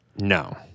No